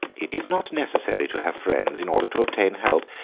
it is not necessary to have friends in order to obtain help.